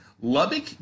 Lubbock